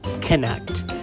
connect